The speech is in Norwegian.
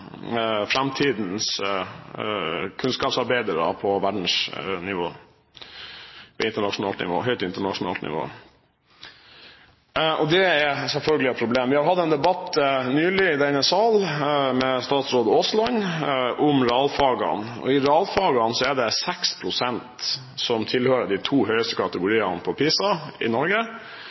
framtidens kunnskapsarbeidere på høyt internasjonalt nivå. Det er selvfølgelig et problem. Vi har hatt en debatt nylig i denne sal med stastråd Aasland om realfagene. I realfagene er det 6 pst. som tilhører de to høyeste kategoriene i PISA i Norge.